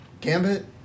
Gambit